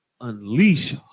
unleash